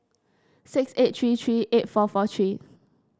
six eight three three eight four four three